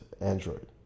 Android